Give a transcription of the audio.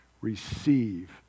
Receive